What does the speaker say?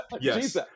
Yes